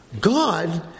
God